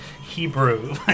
Hebrew